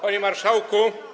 Panie Marszałku!